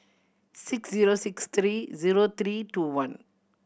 six zero six three zero three two one